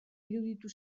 iruditu